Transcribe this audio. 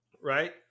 Right